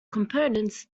components